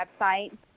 website